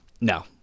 no